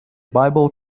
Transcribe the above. bible